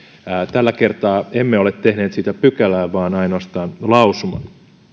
tällä kertaa emme ole tehneet siitä pykälää vaan ainoastaan lausuman